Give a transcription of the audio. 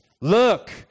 Look